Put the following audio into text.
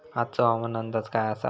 आजचो हवामान अंदाज काय आसा?